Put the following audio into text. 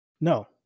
No